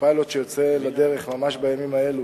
בפיילוט שיוצא לדרך ממש בימים האלה